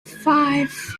five